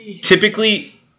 typically